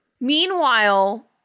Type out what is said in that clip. Meanwhile